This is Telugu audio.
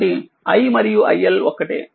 కాబట్టి iమరియుiLఒక్కటే